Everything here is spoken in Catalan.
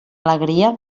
alegria